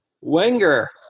Wenger